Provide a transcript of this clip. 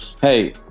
hey